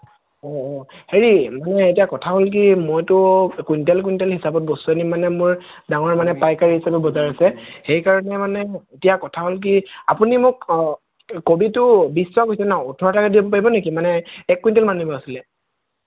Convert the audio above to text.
অ হেৰি মানে এতিয়া কথা হ'ল কি মইতো কুইণ্টল কুইণ্টল হিচাপত বস্তু নিম মানে মোৰ ডাঙৰ মানে পাইকাৰী হিচাপত বজাৰ আছে সেইকাৰণে মানে এতিয়া কথা হ'ল কি আপুনি মোক কবিটো বিশ টকা কৈছে ন' ওঠৰ টকাকৈ দিব পাৰিব নেকি মানে এক কুইণ্টেল মান নিব আছিলে